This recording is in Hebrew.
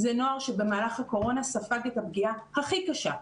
זה נוער שבמהלך הקורונה ספג את הפגיעה הכי קשה,